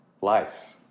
life